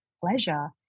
pleasure